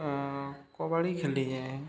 kabaddi ଖେଲିଚେଁ